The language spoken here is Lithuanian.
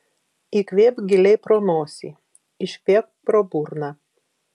įkvėpk giliai pro nosį iškvėpk pro burną